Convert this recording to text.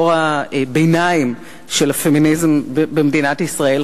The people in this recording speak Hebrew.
דור הביניים של הפמיניזם במדינת ישראל.